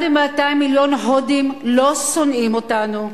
1.2 מיליארד הודים לא שונאים אותנו,